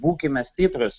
būkime stiprūs